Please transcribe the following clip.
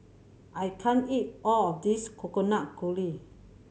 I can't eat all of this Coconut Kuih